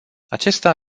acesta